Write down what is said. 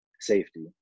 safety